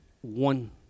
One